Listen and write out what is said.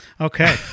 Okay